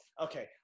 Okay